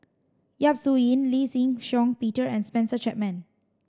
Yap Su Yin Lee Shih Shiong Peter and Spencer Chapman